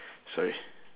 sorry